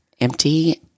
empty